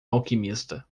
alquimista